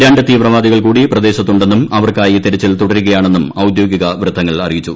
രണ്ട് തീവ്രവാദികൾ കൂടി പ്രദേശ്ത്തൂണ്ടെന്നും അവർക്കായി തിരച്ചിൽ തുടരുകയാണെന്നും ഔദ്യോഗിക വൃത്തങ്ങൾ അറിയിച്ചു